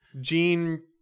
Gene